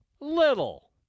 Little